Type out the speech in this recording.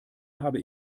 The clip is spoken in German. habe